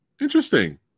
Interesting